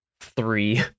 three